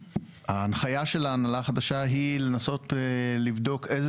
ההנחיה של ההנהלה החדשה היא לנסות לבדוק איזה